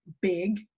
big